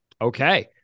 Okay